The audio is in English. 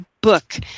book